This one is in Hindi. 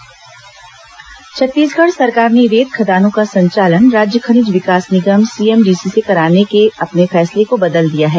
रेत खनन छत्तीसगढ़ सरकार ने रेत खदानों का संचालन राज्य खनिज विकास निगम सीएमडीसी से कराने के अपने फैसले को बदल दिया है